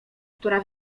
która